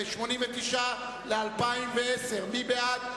89 ל-2010, מי בעד?